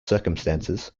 circumstances